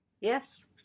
Yes